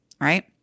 Right